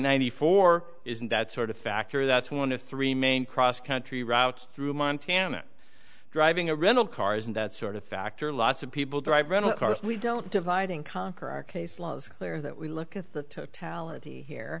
ninety four isn't that sort of factor that's one of three main cross country routes through montana driving a rental cars and that sort of factor lots of people drive rental cars we don't divide and conquer our case clear that we look at the